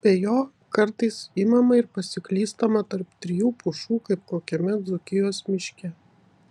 be jo kartais imama ir pasiklystama tarp trijų pušų kaip kokiame dzūkijos miške